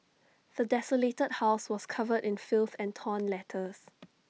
the desolated house was covered in filth and torn letters